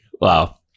Wow